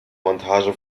montage